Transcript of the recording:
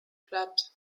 platt